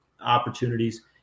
opportunities